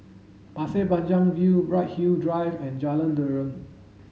Pasir Panjang View Bright Hill Drive and Jalan Derum